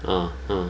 uh hmm